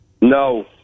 No